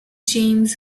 james